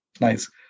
Nice